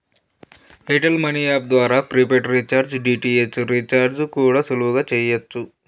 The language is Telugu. ఎయిర్ టెల్ మనీ యాప్ ద్వారా ప్రిపైడ్ రీఛార్జ్, డి.టి.ఏచ్ రీఛార్జ్ కూడా సులువుగా చెయ్యచ్చు